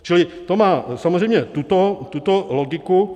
Čili to má samozřejmě tuto logiku.